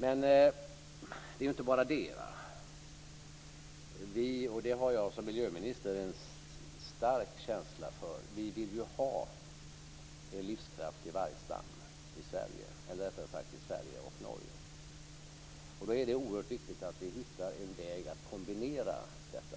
Men det är ju inte bara det, utan vi vill ju ha en livskraftig vargstam i Sverige och Norge. Det har jag som miljöminister en stark känsla för. Då är det oerhört viktigt att vi hittar en väg att kombinera detta.